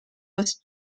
was